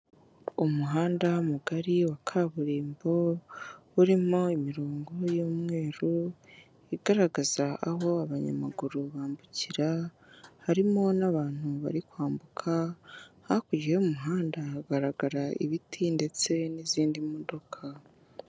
Umuhanda mugari wa kaburimbo urimo imironko y'umweru igaragaza aho abanyamaguru bambukira, harimo n'abantu bari kwambuka, hakurya y'umuhanda hagaragara ibiti ndetse n'izindi modoka.